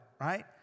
right